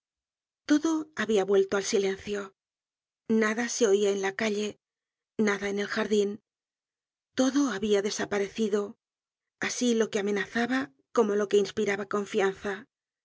todo habia vuelto al silencio nada se oia en la calle nada en el jardin todo habia desaparecido asi id que amenazaba como lo que inspiraba confianza